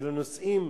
ולנושאים